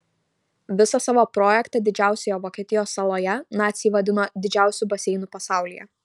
visą savo projektą didžiausioje vokietijos saloje naciai vadino didžiausiu baseinu pasaulyje